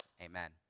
Amen